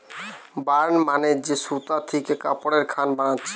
burn মানে যে সুতা থিকে কাপড়ের খান বানাচ্ছে